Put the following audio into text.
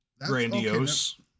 grandiose